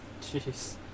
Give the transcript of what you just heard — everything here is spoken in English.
Jeez